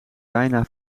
bijna